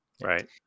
Right